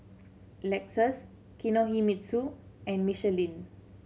Lexus Kinohimitsu and Michelin